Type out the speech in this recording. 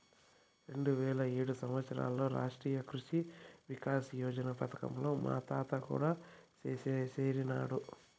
రెండువేల ఏడు సంవత్సరంలో రాష్ట్రీయ కృషి వికాస్ యోజన పథకంలో మా తాత కూడా సేరినాడు